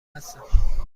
هستم